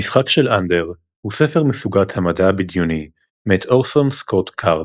המשחק של אנדר הוא ספר מסוגת המדע הבדיוני מאת אורסון סקוט קארד,